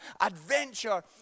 adventure